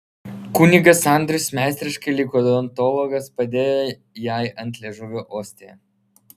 kunigas andrius meistriškai lyg odontologas padėjo jai ant liežuvio ostiją